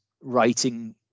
writing